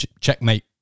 checkmate